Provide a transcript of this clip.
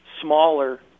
Smaller